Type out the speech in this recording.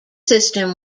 system